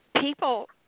people